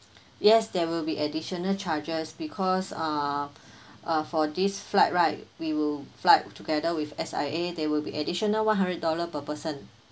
yes there will be additional charges because uh uh for this flight right we will fly together with S_I_A there will be additional one hundred dollar per person